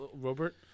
Robert